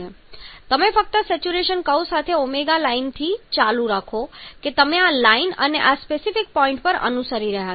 તમે ફક્ત saturation curve સાથે ω લાઈનથી ચાલુ રાખો કે તમે આ લાઈન અને આ સ્પેસિફિક પોઇન્ટ પર અનુસરી રહ્યાં છો